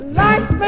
life